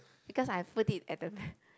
because I put it at the back